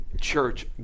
church